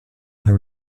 her